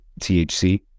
THC